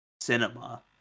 cinema